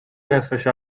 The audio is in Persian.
نصفه